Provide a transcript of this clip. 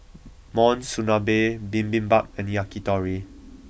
Monsunabe Bibimbap and Yakitori